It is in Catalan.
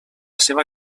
seva